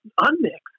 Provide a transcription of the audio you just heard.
unmixed